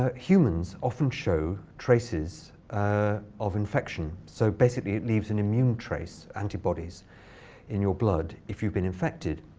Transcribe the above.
ah humans often show traces ah of infection. so basically, it leaves an immune trace antibodies in your blood if you've been infected.